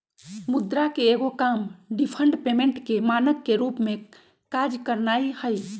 मुद्रा के एगो काम डिफर्ड पेमेंट के मानक के रूप में काज करनाइ हइ